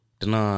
tena